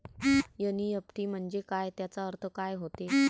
NEFT म्हंजे काय, त्याचा अर्थ काय होते?